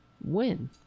win